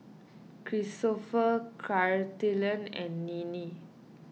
Cristofer Carleton and Ninnie